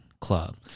club